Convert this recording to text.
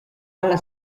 alla